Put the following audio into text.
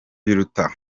biruta